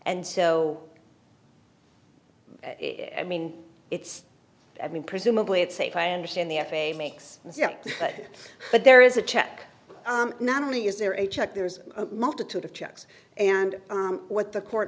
and so i mean it's i mean presumably it's safe i understand the f a a makes yeah but there is a check not only is there a check there's a multitude of checks and what the court